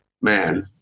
man